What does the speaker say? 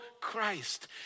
Christ